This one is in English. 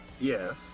Yes